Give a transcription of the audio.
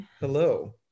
Hello